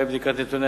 ברשותך,